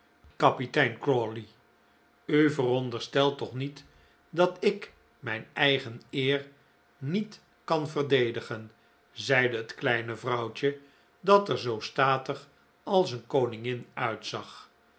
kapitein crawley u veronderstelt toch niet dat ik mijn eigen eer niet kan verdedigen zeide het kleine vrouwtje dat er zoo statig als een koningin uitzag